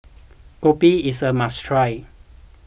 Kopi is a must try